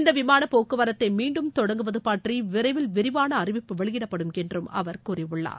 இந்த விமாள போக்குவரத்தை மீன்டும் தொடங்குவது பற்றி விரைவில் விரிவாள அறிவிப்பு வெளியிடப்படும் என்று அவர் கூறியுள்ளார்